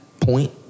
point